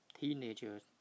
teenagers